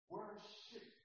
Worship